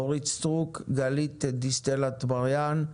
אורית סטרוק, גלית דיסטל אטבריאן,